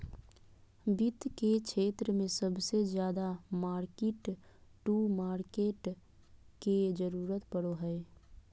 वित्त के क्षेत्र मे सबसे ज्यादा मार्किट टू मार्केट के जरूरत पड़ो हय